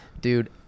dude